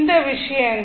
அந்த விஷயங்கள்